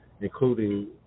including